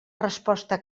resposta